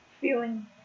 feeling